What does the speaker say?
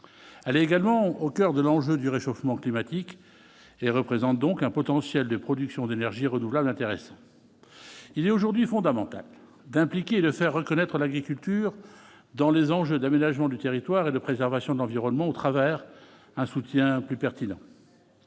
elle est également au coeur de l'enjeu du réchauffement climatique et représente donc un potentiel de production d'énergie renouvelable, intéressant, il est aujourd'hui fondamental d'impliquer et de faire connaître l'agriculture dans les enjeux d'aménagement du territoire et de préservation de l'environnement au travers un soutien plus pertinent